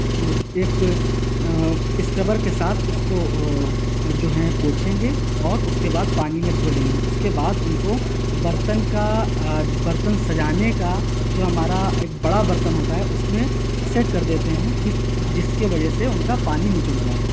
وہ ایک اسکبر کے ساتھ اس کو جو ہے پوچھیں گے اور اس کے بعد پانی میں دھو لیں گے اس کے بعد ان کو برتن کا برتن سجانے کا جو ہمارا ایک بڑا برتن ہوتا ہے اس میں سیٹ کر دیتے ہیں جس جس کے وجہ سے اس کا پانی نچڑ جائے